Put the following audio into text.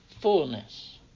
fullness